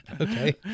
Okay